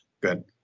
Good